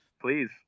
Please